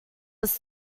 was